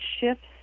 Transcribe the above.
shifts